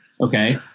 Okay